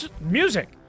music